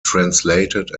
translated